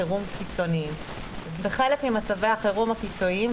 גם במצבי חירום קיצוניים.